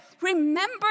Remember